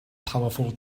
powerful